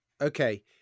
okay